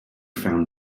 found